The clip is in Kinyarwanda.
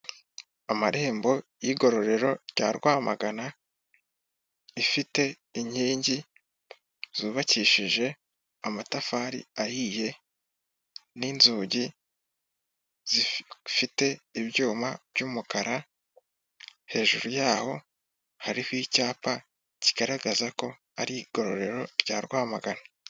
Amarembo y'Igororero rya Rwamagana rifite inkingi yubakishije amatafari ahiye n'inzugi zifite inyuma by'umukara. Hejuru yaho hariho icyapa kigaragaza ko ari igororero rya Rwamagana.